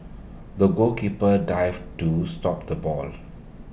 the goalkeeper dived to stop the ball